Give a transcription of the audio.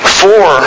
four